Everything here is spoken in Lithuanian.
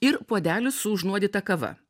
ir puodelis su užnuodyta kava